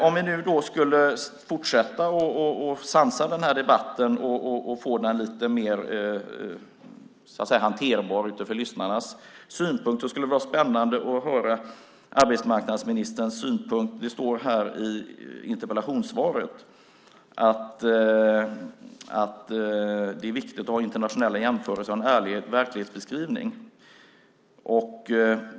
Om vi skulle sansa den här debatten och få den lite mer hanterbar ur lyssnarnas synpunkt skulle det vara spännande att höra arbetsmarknadsministerns synpunkt. Det står i interpellationssvaret att det är viktigt att ha internationella jämförelser och en ärlig verklighetsbeskrivning.